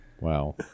Wow